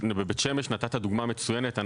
בית שמש זו דוגמה מצוינת,